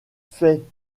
fait